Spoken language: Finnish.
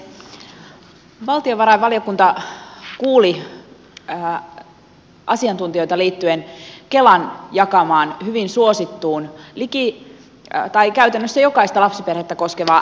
valtiovarainvaliokunta kuuli asiantuntijoita liittyen kelan jakamaan hyvin suosittuun käytännössä jokaista lapsiperhettä koskevaan äitiysavustukseen